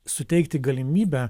suteikti galimybę